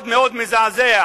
מאוד מאוד מזעזע.